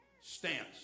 Stance